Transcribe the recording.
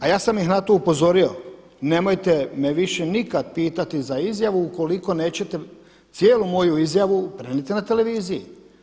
A ja sam ih na to upozorio, nemojte me više nikada pitati za izjavu ukoliko nećete cijelu moju izjavu prenijeti na televiziji.